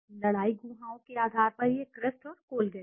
लड़ाई गुहाओं के आधार में यह क्रेस्ट और कोलगेट है